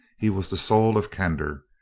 he was the soul of candor.